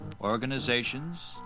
organizations